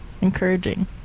Encouraging